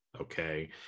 Okay